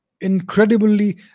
incredibly